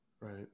Right